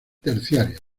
terciarias